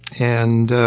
and